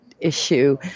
issue